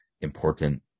important